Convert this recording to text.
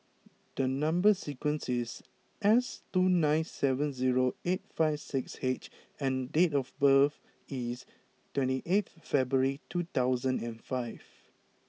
the number sequence is S two nine seven zero eight five six H and date of birth is twenty eight February two thousand and five